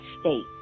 state